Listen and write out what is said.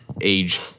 Age